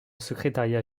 secrétariat